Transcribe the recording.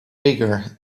bigger